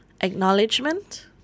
acknowledgement